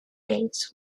gates